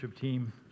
team